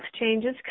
changes